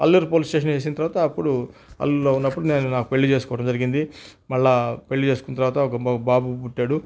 Alluri police station వేసిన తర్వాత అప్పుడు అల్లూరులో ఉన్నప్పుడు నేను నా పెళ్ళి చేసుకోవడం జరిగింది మరల పెళ్ళి చేసుకున్న తర్వాత ఒక బాబు పుట్టాడు